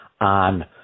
on